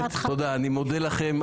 תודה, אני מודה לכם.